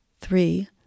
three